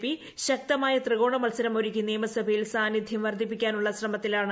P ശക്തമായ ത്രികോണ മത്സരം ഒരുക്കി നിയമസഭയിൽ സാന്നിധ്യം വർദ്ധിപ്പിക്കാനുള്ള ശ്രമത്തിലാണ്